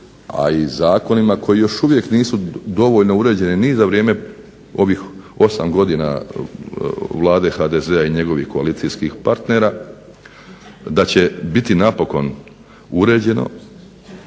a i zakonima koji još uvijek nisu dovoljno uređeni ni za vrijeme ovih 8 godina vlade HDZ-a i njegovih koalicijskih partnera, da će biti napokon uređeno